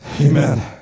Amen